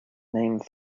named